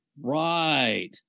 right